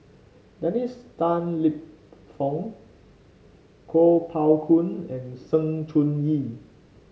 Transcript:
Dennis Tan Lip Fong Kuo Pao Kun and Sng Choon Yee